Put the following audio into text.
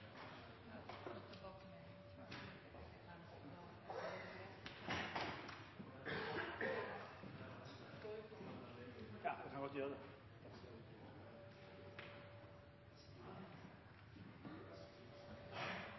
får lov til å